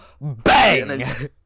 bang